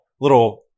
little